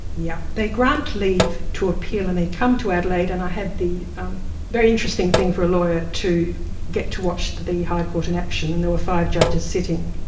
yeah they grant leave to appeal and they come to adelaide, and i had the very interesting thing for a lawyer to get to watch the high court in action and there were five judges sitting.